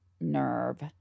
nerve